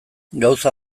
gauza